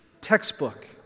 textbook